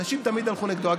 אנשים תמיד הלכו נגדו.